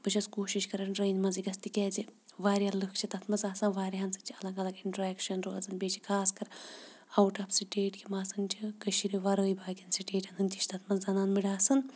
تہٕ بہٕ چھس کوٗشش کران ٹرینہِ منٛزٕے گَژھٕ تِکیازِ واریاہ لُکھ چھِ تتھ منٛز آسان واریہن سۭتۍ چھ الگ الگ انٹرٛیکشن روزان بیٚیہِ چھ خاص کر آوُٹ آف سٹیٹ یِم آسان چھِ کٔشیٖرِ ورٲے باقین سٹیٹن ہٕندۍ تہِ چھِ تتھ منز آسان